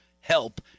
help